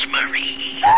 Marie